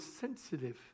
sensitive